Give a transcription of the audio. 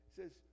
says